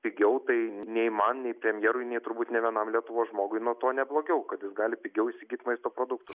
pigiau tai nei man nei premjerui nei turbūt nė vienam lietuvos žmogui nuo to neblogiau kad jis gali pigiau įsigyt maisto produktų